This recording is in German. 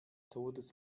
todes